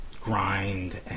grind